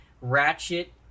Ratchet